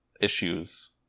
issues